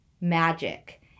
magic